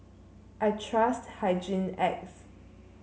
I trust Hygin X